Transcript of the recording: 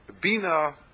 Bina